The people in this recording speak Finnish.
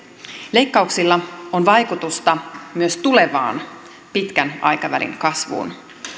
leikkauksilla on vaikutusta myös tulevaan pitkän aikavälin kasvuun